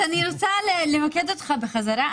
אז אני רוצה למקד אותך בחזרה,